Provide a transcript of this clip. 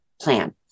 plan